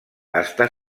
està